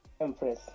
Empress